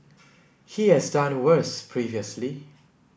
he has done worse previously